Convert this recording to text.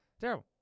Terrible